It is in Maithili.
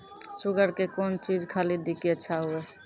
शुगर के कौन चीज खाली दी कि अच्छा हुए?